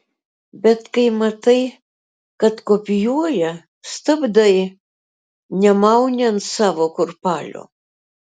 bet kai matai kad kopijuoja stabdai nemauni ant savo kurpalio